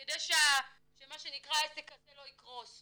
כדי שהעסק הזה לא יקרוס,